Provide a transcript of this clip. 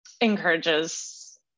encourages